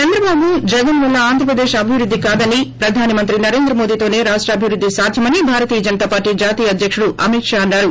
చంద్రబాబు జగన్ వల్ల ఆంధ్రప్రదేశ్ అభివృద్ది కాదని ప్రదాని మంత్రి నరేంద్ర మోదీతోసే రాష్ట అభివృద్ది సాధ్యమని భారతీయ జనతా పార్లీ జాతీయ అధ్యకుడు అమిత్షా అన్నారు